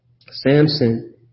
Samson